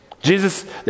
Jesus